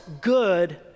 good